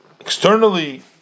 Externally